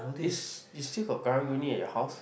is is still got Karang-Guni at your house